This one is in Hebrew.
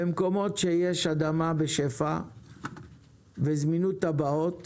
במקום שיש אדמה בשפע וזמינות תב"עות